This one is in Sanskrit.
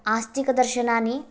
आस्तिकदर्शनानि